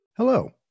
Hello